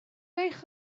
eich